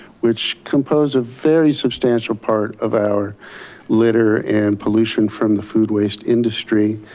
which compose a very substantial part of our litter and pollution from the food waste industry,